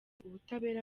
ubutabera